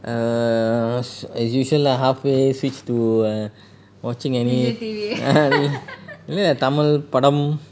err s~ as usual lah halfway switch to err watching any tamil padam